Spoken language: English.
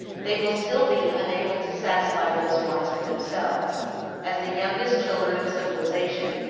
they will still be unable to satisfy those wants for themselves as the youngest children of civilization,